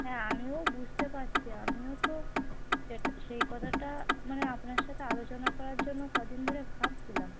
হ্যাঁ আমিও বুঝতে পারছি আমিও তো সেটা সেই কথাটা মানে আপনার সাথে আলোচনা করার জন্য কদিন ধরে ভাবছিলাম